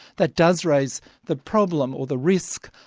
that does raise the problem, or the risk,